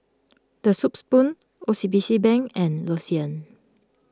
the Soup Spoon O C B C Bank and L'Occitane